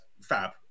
fab